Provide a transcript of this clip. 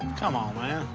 come on, man.